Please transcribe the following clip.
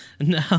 No